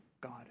God